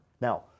Now